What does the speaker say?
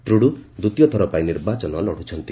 Trudeau ଦ୍ୱିତୀୟଥର ପାଇଁ ନିର୍ବାଚନ ଲଢୁଛନ୍ତି